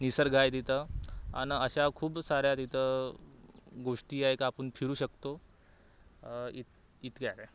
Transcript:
निसर्ग आहे तिथं आणि अशा खूप साऱ्या तिथं गोष्टी आहे का आपण फिरू शकतो इत इतक्या आहे